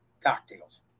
cocktails